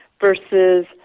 versus